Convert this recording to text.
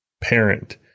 parent